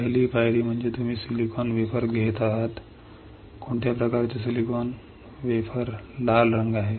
पहिली पायरी म्हणजे तुम्ही सिलिकॉन वेफर घेत आहात कोणत्या प्रकारचे सिलिकॉनवेफर लाल रंग आहे